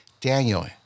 Daniel